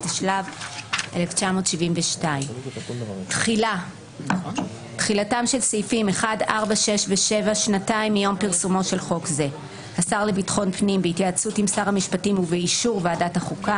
התשל"ב 1972. התובע הצבאי"